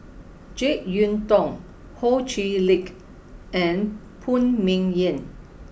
Jek Yeun Thong Ho Chee Lick and Phan Ming Yen